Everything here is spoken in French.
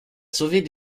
sauver